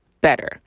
better